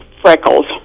Freckles